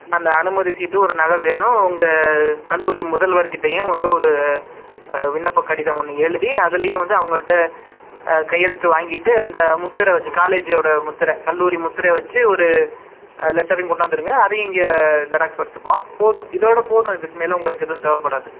அந்த அனுமதி சீட்டு ஒரு நகல் வேணும் உங்கள் கல்லூரி முதல்வர் கிட்டையும் வந்து ஒரு விண்ணப்பக் கடிதம் ஒன்று எழுதி அதுலையும் வந்து அவங்கள்கிட்ட கையெழுத்து வாங்கிட்டு அந்த முத்திரை வச்சு காலேஜோடய முத்திரை கல்லூரி முத்திரை வச்சு ஒரு லெட்டரையும் கொண்டாந்துருங்க அதையும் இங்கே ஜெராக்ஸ் எடுத்துப்போம் போதும் இதோடு போதும் இதுக்கு மேலே உங்களுக்கு எதுவும் தேவைப்படாது